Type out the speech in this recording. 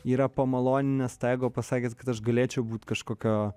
yra pamaloninęs tą ego pasakęs kad aš galėčiau būt kažkokio